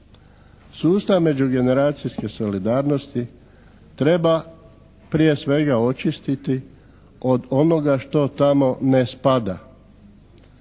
Sustav međugeneracijske solidarnosti treba prije svega očistiti od onoga što tamo ne spada.